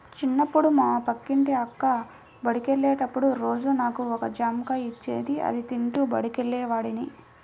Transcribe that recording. చిన్నప్పుడు మా పక్కింటి అక్క బడికెళ్ళేటప్పుడు రోజూ నాకు ఒక జాంకాయ ఇచ్చేది, అది తింటూ బడికెళ్ళేవాడ్ని